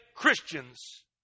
Christians